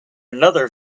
another